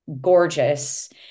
gorgeous